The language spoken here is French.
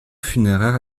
funéraires